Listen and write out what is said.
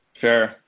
Sure